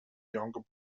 younger